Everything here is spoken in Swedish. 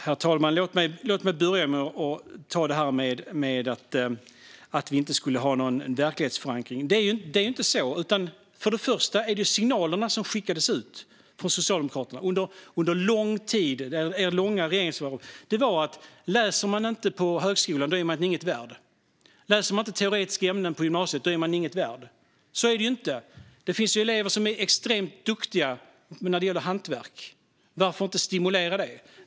Herr talman! Låt mig börja med det här att vi inte skulle ha någon verklighetsförankring. Så är det inte. För det första handlar det om de signaler som skickades ut från Socialdemokraterna under deras långa regeringstid. Signalen var att om man inte läser på högskolan är man ingenting värd. Om man inte läser teoretiska ämnen på gymnasiet är man heller ingenting värd. Men så är det inte. Det finns elever som är extremt duktiga på hantverk. Varför inte stimulera det?